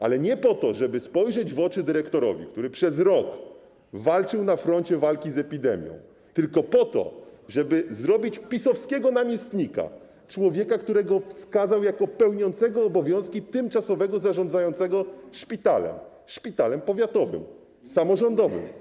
Ale nie po to, żeby spojrzeć w oczy dyrektorowi, który przez rok walczył na froncie walki z epidemią, tylko po to, żeby ustanowić PiS-owskiego namiestnika, człowieka, którego wskazał jako pełniącego obowiązki tymczasowego zarządzającego szpitalem - szpitalem powiatowym, samorządowym.